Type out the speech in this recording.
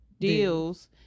deals